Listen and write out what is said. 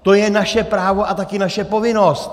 To je naše právo a taky naše povinnost.